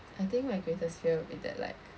I think my greatest fear will be that like